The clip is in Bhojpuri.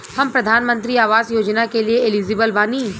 हम प्रधानमंत्री आवास योजना के लिए एलिजिबल बनी?